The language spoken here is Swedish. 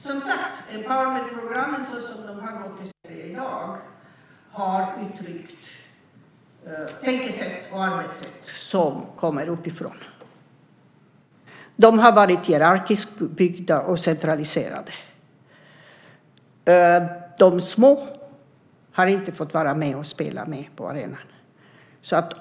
Fru talman! "Empowerment"-programmen, som de ser ut i Sverige i dag, har uttryckt tankesätt och arbetssätt som kommer uppifrån. De har varit hierarkiskt uppbyggda och centraliserade. De små har inte fått vara med och spela på arenan.